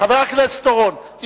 חבר הכנסת אורון,